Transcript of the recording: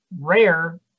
rare